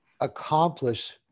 accomplish